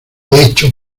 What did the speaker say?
hecho